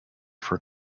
for